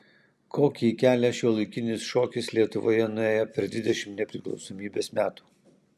kokį kelią šiuolaikinis šokis lietuvoje nuėjo per dvidešimt nepriklausomybės metų